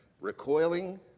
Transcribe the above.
Recoiling